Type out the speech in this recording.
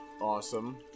Awesome